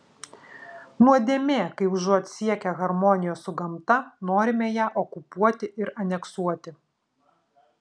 nuodėmė kai užuot siekę harmonijos su gamta norime ją okupuoti ir aneksuoti